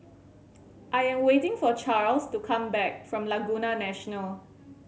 I am waiting for Charles to come back from Laguna National